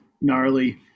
gnarly